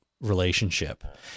relationship